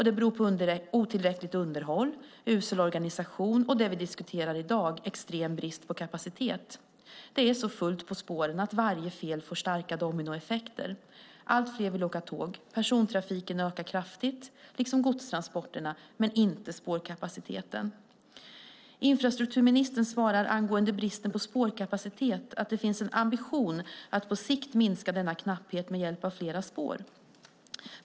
Det beror på otillräckligt underhåll, usel organisation och det vi diskuterar i dag, extrem brist på kapacitet. Det är så fullt på spåren att varje fel får starka dominoeffekter. Allt fler vill åka tåg, persontrafiken ökar kraftigt liksom godstransporterna, men inte spårkapaciteten. Infrastrukturministern svarar angående bristen på spårkapacitet att det finns en ambition att på sikt minska denna knapphet med hjälp av fler spår.